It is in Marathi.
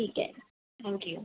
ठीक आहे थँक्यू